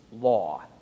law